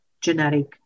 genetic